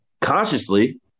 consciously